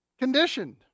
Conditioned